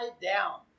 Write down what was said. down